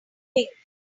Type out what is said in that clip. think